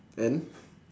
and